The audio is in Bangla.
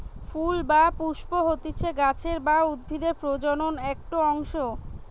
ফুল বা পুস্প হতিছে গাছের বা উদ্ভিদের প্রজনন একটো অংশ